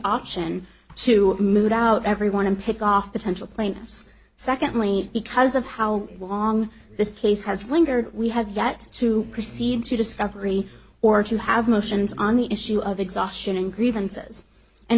option to move out everyone and pick off the central plains secondly because of how long this case has lingered we have yet to proceed to discovery or to have motions on the issue of exhaustion and grievances and